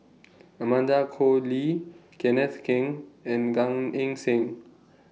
Amanda Koe Lee Kenneth Keng and Gan Eng Seng